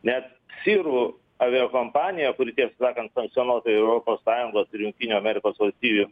net sirų aviakompanija kuri tiesą sakant senokai europos sąjungos ir jungtinių amerikos valstijų